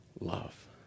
love